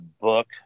book